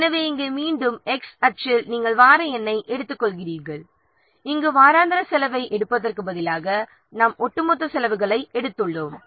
எனவே இங்கே மீண்டும் x அச்சில் நாம் வார எண்ணை எடுத்துக்கொள்கிறீர்கள் இங்கு வாராந்திர செலவை எடுப்பதற்கு பதிலாக நாம் ஒட்டுமொத்த செலவுகளை எடுத்துள்ளோம்